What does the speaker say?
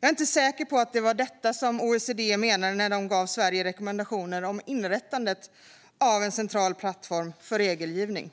Jag är inte säker på att det var detta OECD menade när de gav Sverige rekommendationer om inrättande av en central plattform för regelgivning.